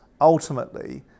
ultimately